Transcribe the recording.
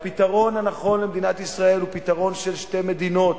שהפתרון הנכון למדינת ישראל הוא פתרון של שתי מדינות,